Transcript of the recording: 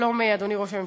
שלום, אדוני ראש הממשלה.